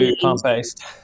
plant-based